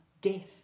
death